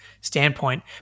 standpoint